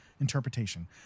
interpretation